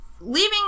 Leaving